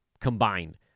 combined